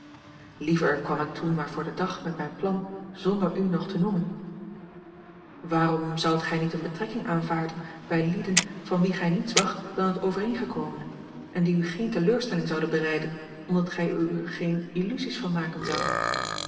liever kwam ik toen maar voor den dag met mijn plan zonder u nog te noemen waarom zoudt gij niet eene betrekking aanvaarden bij lieden van wie gij niets wacht dan het overeengekomene en die u geene teleurstelling zouden bereiden omdat gij er u geene illusies van maken zoudt